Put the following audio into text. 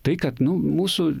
tai kad nu mūsų